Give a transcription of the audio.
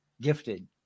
gifted